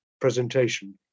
presentation